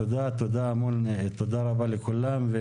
תודה רבה לכולם.